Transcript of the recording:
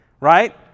Right